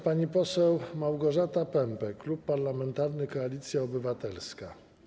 Pani poseł Małgorzata Pępek, Klub Parlamentarny Koalicja Obywatelska.